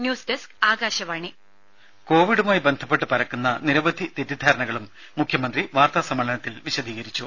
news desk Akashvani രുദ കോവിഡുമായി ബന്ധപ്പെട്ട് പരക്കുന്ന നിരവധി തെറ്റിദ്ധാരണകളും മുഖ്യമന്ത്രി വാർത്താ സമ്മേളനത്തിൽ വിശദീകരിച്ചു